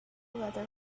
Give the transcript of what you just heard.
weather